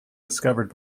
discovered